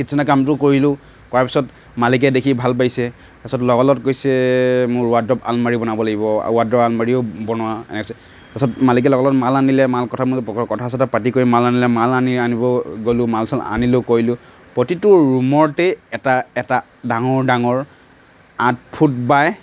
কীটচেনৰ কামটো কৰিলোঁ কৰাৰ পাছত মালিকে দেখি ভাল পাইছে তাৰপাছত লগালগ কৈছে মোৰ ৱাৰ্ডৱ আলমাৰী বনাব লাগিব আৰু ৱাৰ্দ্ৰৱ আলমাৰীও বনোৱা আছে তাৰপাছত মালিকে লগালগ মাল আনিলে মাল কথা মতে চথা পাতি কৰি মাল আনিলে মাল আনি আনিব গ'লোঁ মাল ছাল আনিলোঁ কৰিলোঁ প্ৰতিটো ৰুমতেই এটা এটা ডাঙৰ ডাঙৰ আঠ ফুট বাই